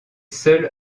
seul